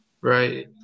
Right